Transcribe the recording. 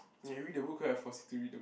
you read the book ah I force you to